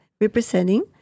representing